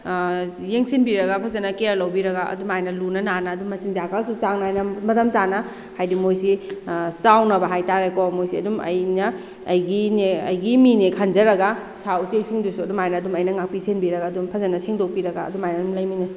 ꯌꯦꯡꯁꯤꯟꯕꯤꯔꯒ ꯐꯖꯅ ꯀꯦꯌꯔ ꯂꯧꯕꯤꯔꯒ ꯑꯗꯨꯃꯥꯏꯅ ꯂꯨꯅ ꯅꯥꯟꯅ ꯑꯗꯨꯝ ꯃꯆꯤꯟꯖꯥꯛꯀꯁꯨ ꯆꯥꯡ ꯅꯥꯏꯅ ꯃꯇꯝ ꯆꯥꯅ ꯍꯥꯏꯕꯗꯤ ꯃꯣꯏꯁꯤ ꯆꯥꯎꯅꯕ ꯍꯥꯏꯇꯥꯔꯦꯀꯣ ꯃꯣꯏꯁꯦ ꯑꯗꯨꯝ ꯑꯩꯅ ꯑꯩꯒꯤꯅꯦ ꯑꯩꯒꯤ ꯃꯤꯅꯦ ꯈꯟꯖꯔꯒ ꯁꯥ ꯎꯆꯦꯛꯁꯤꯡꯗꯨꯁꯨ ꯑꯗꯨꯃꯥꯏꯅ ꯑꯗꯨꯝ ꯑꯩꯅ ꯉꯥꯛꯄꯤ ꯁꯦꯟꯕꯤꯔꯒ ꯑꯗꯨꯝ ꯐꯖꯅ ꯁꯦꯡꯗꯣꯛꯄꯤꯔꯒ ꯑꯗꯨꯃꯥꯏꯅ ꯑꯗꯨꯝ ꯂꯩꯃꯤꯟꯅꯩ